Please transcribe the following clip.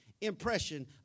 impression